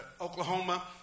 Oklahoma